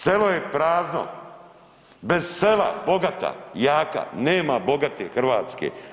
Selo je prazno, bez sela bogata, jaka nema bogate Hrvatske.